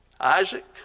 Isaac